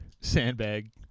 sandbag